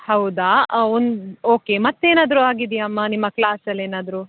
ಹೌದಾ ಒಂದು ಓಕೆ ಮತ್ತು ಏನಾದರೂ ಆಗಿದೆಯಾ ಅಮ್ಮ ನಿಮ್ಮ ಕ್ಲಾಸಲ್ಲಿ ಏನಾದರೂ